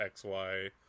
XY